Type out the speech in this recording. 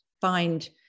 find